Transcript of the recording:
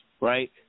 right